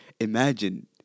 Imagine